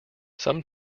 some